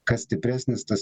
kas stipresnis tas